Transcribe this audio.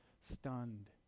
stunned